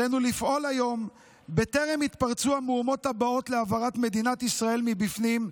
עלינו לפעול היום בטרם יתפרצו המהומות הבאות להבערת מדינת ישראל מבפנים,